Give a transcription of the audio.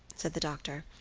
said the doctor.